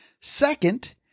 Second